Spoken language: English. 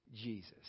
Jesus